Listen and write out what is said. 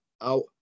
out